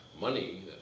money